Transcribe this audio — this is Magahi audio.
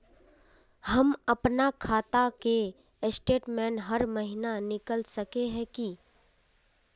हम अपना खाता के स्टेटमेंट हर महीना निकल सके है की?